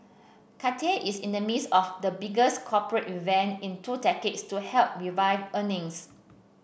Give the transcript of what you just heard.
Cathay is in the midst of the biggest corporate revamp in two decades to help revive earnings